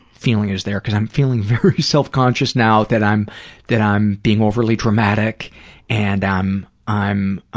feeling is there. because i'm feeling very self-conscious now that i'm that i'm being overly dramatic and i'm i'm